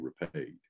repaid